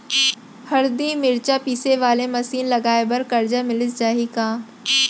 हरदी, मिरचा पीसे वाले मशीन लगाए बर करजा मिलिस जाही का?